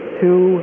two